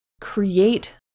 create